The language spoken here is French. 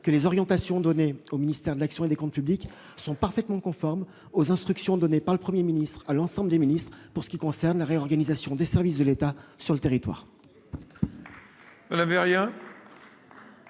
Les orientations données au ministère de l'action et des comptes publics sont parfaitement conformes aux instructions adressées par le Premier ministre à l'ensemble des ministres pour ce qui concerne la réorganisation des services de l'État sur le territoire.